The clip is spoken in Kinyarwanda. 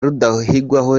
rudahigwa